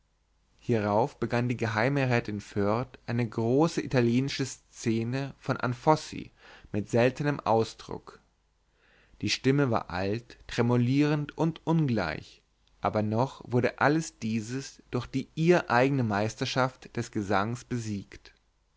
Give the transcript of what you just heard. hierauf begann die geheime rätin foerd eine große italienische szene von anfossi mit seltenem ausdruck die stimme war alt tremulierend und ungleich aber noch wurde alles dieses durch die ihr eigne meisterschaft des gesanges besiegt